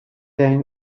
ترین